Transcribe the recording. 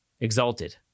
exalted